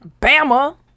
Bama